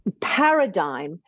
paradigm